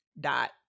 dot